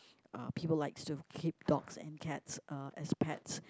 uh people likes to keep dogs and cats uh as pets